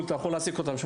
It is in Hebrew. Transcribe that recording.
אנחנו מחזיקים את הנתונים.